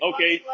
Okay